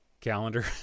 calendar